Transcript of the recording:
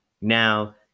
Now